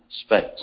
space